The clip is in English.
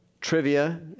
trivia